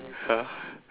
!huh!